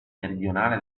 meridionale